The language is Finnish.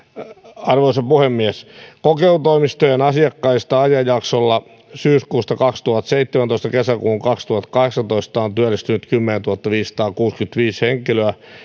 arvoisa puhemies kokeilutoimistojen asiakkaista ajanjaksolla syyskuusta kaksituhattaseitsemäntoista kesäkuuhun kaksituhattakahdeksantoista on työllistynyt kymmenentuhattaviisisataakuusikymmentäviisi henkilöä